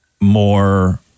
more